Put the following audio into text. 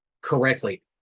correctly